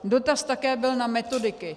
Dotaz také byl na metodiky.